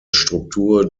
struktur